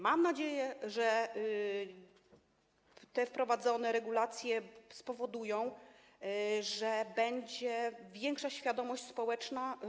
Mam nadzieję, że te wprowadzone regulacje spowodują, że będzie większa świadomość społeczna.